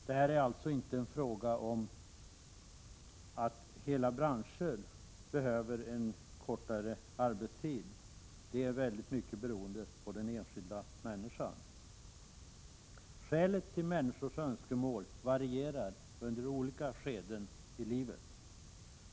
Det är alltså inte fråga om att kortare arbetstid behövs inom hela branscher — i stor utsträckning beror det på den enskilda människan. Skälen till människors önskemål varierar under olika skeden.